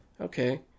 Okay